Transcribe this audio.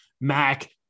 Mac